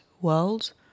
world